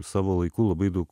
savo laiku labai daug